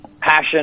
passion